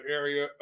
area